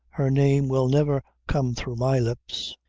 her name will never come through my lips.